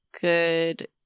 good